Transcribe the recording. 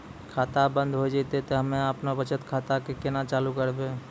खाता बंद हो जैतै तऽ हम्मे आपनौ बचत खाता कऽ केना चालू करवै?